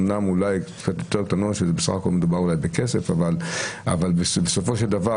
אומנם אולי קצת יותר קטנות שבסך הכול מדובר בכסף אבל בסופו של דבר